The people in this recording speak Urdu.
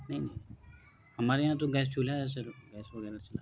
نہیں نہیں ہمارے یہاں تو گیس چولہا ہے سر گیس وغیرہ چلاتے